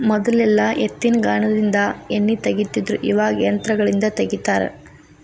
ಮೊದಲೆಲ್ಲಾ ಎತ್ತಿನಗಾನದಿಂದ ಎಣ್ಣಿ ತಗಿತಿದ್ರು ಇವಾಗ ಯಂತ್ರಗಳಿಂದ ತಗಿತಾರ